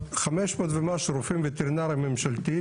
רק 500 ומשהו רופאים וטרינריים ממשלתיים